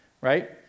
Right